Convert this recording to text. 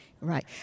Right